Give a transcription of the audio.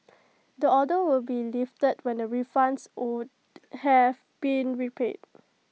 the order will be lifted when the refunds owed have been repaid